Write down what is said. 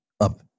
up